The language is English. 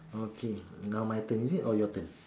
okay now my turn is it or your turn